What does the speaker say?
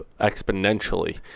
exponentially